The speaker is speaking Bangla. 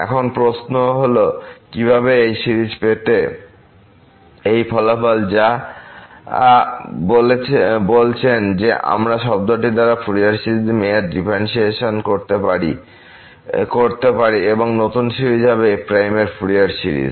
এখন প্রশ্ন হল কিভাবে এই সিরিজের পেতে এই ফলাফল যা বলছেন যে আমরা শব্দটি দ্বারা ফুরিয়ার সিরিজ মেয়াদ ডিফারেন্টশিয়েট করতে পারেন এবং নতুন সিরিজ এর হবে f এর ফুরিয়ার সিরিজ